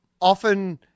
often